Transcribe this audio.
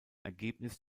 ergebnis